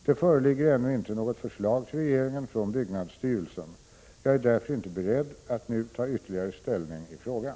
Det föreligger ännu inte något förslag till regeringen från byggnadsstyrelsen. Jag är därför inte beredd att nu ta ytterligare ställning i frågan.